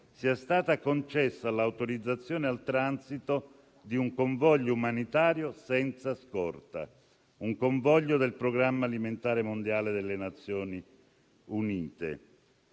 sia stata concessa l'autorizzazione al transito di un convoglio umanitario senza scorta; un convoglio del Programma alimentare mondiale delle Nazioni Unite.